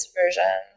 version